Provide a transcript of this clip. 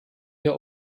der